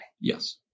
Yes